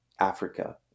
Africa